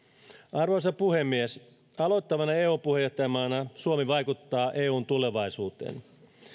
arvoisa puhemies aloittavana eu puheenjohtajamaana suomi vaikuttaa eun tulevaisuuteen